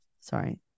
Sorry